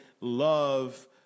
love